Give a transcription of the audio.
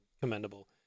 commendable